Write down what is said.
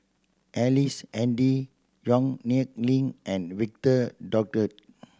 Ellice Handy Yong Nyuk Lin and Victor Doggett